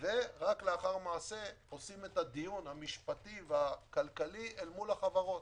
ורק לאחר מעשה עושים את הדיון המשפטי והכלכלי מול החברות.